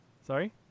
Sorry